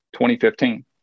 2015